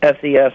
SES